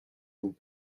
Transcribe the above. vous